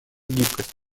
гибкость